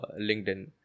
LinkedIn